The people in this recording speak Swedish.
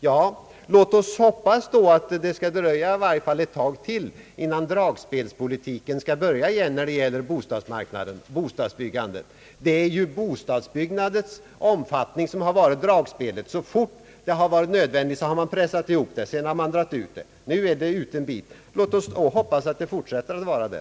Ja, låt oss hoppas då att det skall dröja i varje fall ett tag till innan dragspelspolitiken skall börja igen när det gäller bostadsbyggandet. Det är ju bostadsbyggandets omfattning som har varit dragspelet. Så fort det har varit ett besvärligt läge har man pressat ihop det, sedan har man dragit ut det. Nu är det utdraget en bit, och låt oss hoppas att det får fortsätta att vara det.